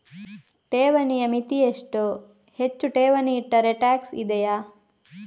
ಠೇವಣಿಯ ಮಿತಿ ಎಷ್ಟು, ಹೆಚ್ಚು ಠೇವಣಿ ಇಟ್ಟರೆ ಟ್ಯಾಕ್ಸ್ ಇದೆಯಾ?